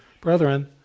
Brethren